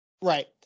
right